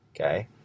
Okay